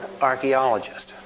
archaeologist